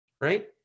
right